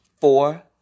four